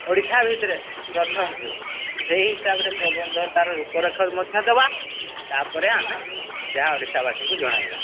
ଓଡ଼ିଶା ଭିତରେ ପ୍ରଥମ ହୁଏ ସେହି ହିସାବରେ ପ୍ରବନ୍ଧ ତାର ରୂପରେଖରେ ମଧ୍ୟ ଦେବା ତା'ପରେ ଆମେ ଯାହା ଓଡ଼ିଶାବାସୀଙ୍କୁ ଜଣାଇବା